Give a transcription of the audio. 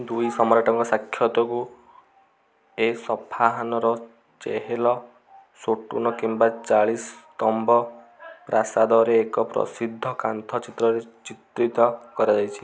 ଦୁଇ ସମ୍ରାଟଙ୍କ ସାକ୍ଷତକୁ ଏସଫାହାନର ଚେହେଲ ସୋଟୁନ କିମ୍ବା ଚାଳିଶ ସ୍ତମ୍ଭ ପ୍ରାସାଦରେ ଏକ ପ୍ରସିଦ୍ଧ କାନ୍ଥ ଚିତ୍ରରେ ଚିତ୍ରିତ କରାଯାଇଛି